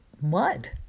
mud